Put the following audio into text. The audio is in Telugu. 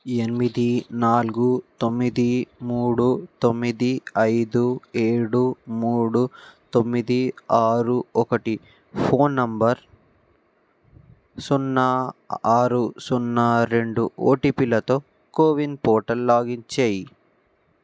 ఎనిమిది నాలుగు తొమ్మిది మూడు తొమ్మిది ఐదు ఏడు మూడు తొమ్మిది ఆరు ఒకటి ఫోన్ నెంబర్ సున్నా ఆరు సున్నా రెండు ఓటిపిలతో కోవిన్ పోర్టల్ లాగిన్ చెయ్యి